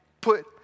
put